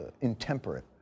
intemperate